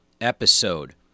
episode